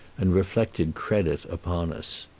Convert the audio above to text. and reflected credit upon us.